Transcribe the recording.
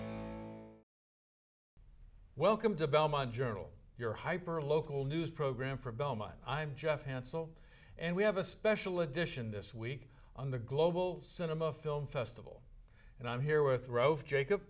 her welcome to belmont journal your hyper local news program for belmont i'm jeff hansel and we have a special edition this week on the global cinema film festival and i'm here with rove jacob